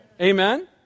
Amen